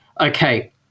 Okay